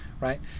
right